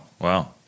wow